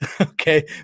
okay